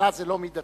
שנה זה לא מידתי?